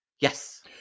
Yes